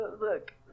look